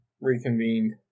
reconvened